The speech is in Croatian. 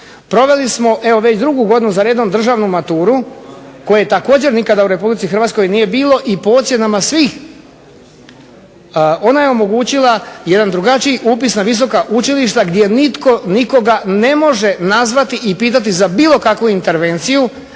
proveli smo evo već drugu godinu za redom državnu maturu koje također u RH nikada nije bilo i po ocjenama svih ona je omogućila jedan drugačiji upis na visoka učilišta gdje nitko nikoga ne može nazvati i pitati za bilo kakvu intervenciju